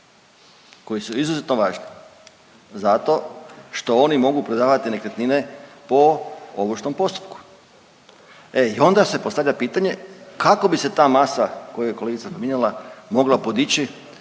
koji su izuzetno važni zato što oni mogu prodavati nekretnine po ovršnom postupku, e i onda se postavlja pitanje kako bi se ta masa koju je kolegica spominjala mogla podići